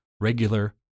regular